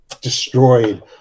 destroyed